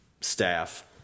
staff